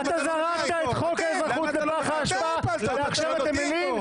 אתה זרקת את חוק האזרחות ------ אתה יודע למה?